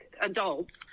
adults